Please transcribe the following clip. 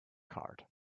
card